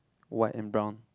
white and brown